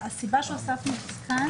הסיבה שהוספנו את זה כאן